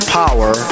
power